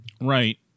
Right